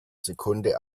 sekunde